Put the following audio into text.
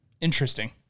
Interesting